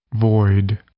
Void